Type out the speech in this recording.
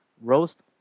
roast